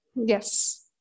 Yes